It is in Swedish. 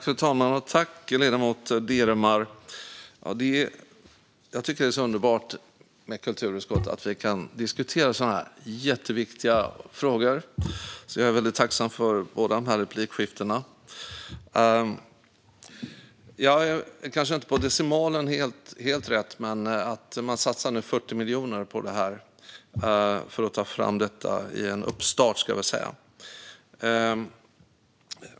Fru talman! Det är underbart att vi i kulturutskottet kan diskutera sådana här jätteviktiga frågor, och jag är väldigt tacksam för båda replikskiftena. Det kanske inte är helt rätt på decimalen, men man satsar nu 40 miljoner på att ta fram detta - i en uppstart, ska jag väl säga.